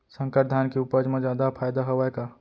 संकर धान के उपज मा जादा फायदा हवय का?